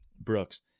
Brooks